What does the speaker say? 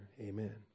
Amen